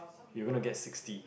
you're going to get sixty